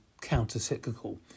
counter-cyclical